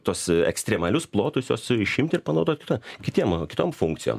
tos ekstremalius plotus juos išimt ir panaudot kitiem kitom funkcijom